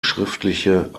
schriftlichen